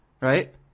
right